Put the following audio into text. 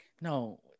No